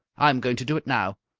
i'm going to do it now!